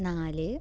നാല്